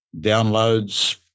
downloads